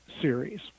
series